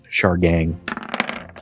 Shargang